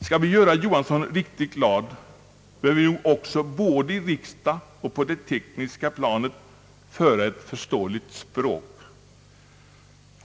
Skall vi göra Johansson riktigt glad bör vi nog också både i riksdag och på det tekniska planet föra ett förståeligt språk.